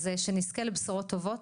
אז שנזכה לבשורות טובות,